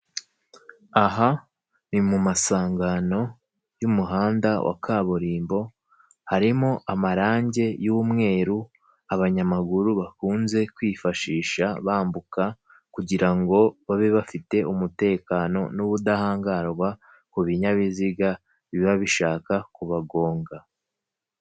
Aha ni mu masangano y'umuhanda wa kaburimbo, harimo amarange y'umweru abanyamaguru bakunze kwifashisha bambuka kugira ngo babe bafite umutekano n'ubudahangarwa ku binyabiziga biba bishaka kubagonga.